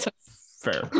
Fair